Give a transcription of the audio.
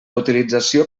utilització